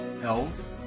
Health